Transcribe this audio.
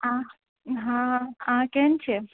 अहाँ हँ अहाँ केहन छियै